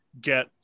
get